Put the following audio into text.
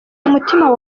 umutima